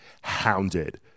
hounded